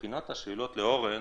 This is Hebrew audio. מבחינת השאלות לאורן,